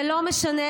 ולא משנה